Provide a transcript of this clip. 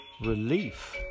relief